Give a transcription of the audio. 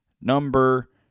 number